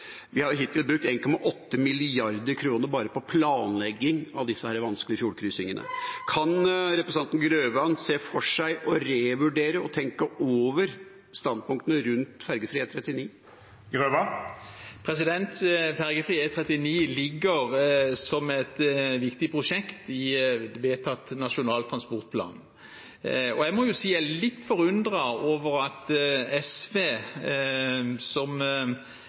Vi har hittil brukt 1,8 mrd. kr bare på planlegging av disse vanskelige fjordkryssingene. Kan representanten Grøvan se for seg å revurdere og tenke over standpunktene rundt fergefri E39? Fergefri E39 ligger som et viktig prosjekt i den vedtatte nasjonale transportplanen. Jeg må si jeg er litt forundret over at SV, som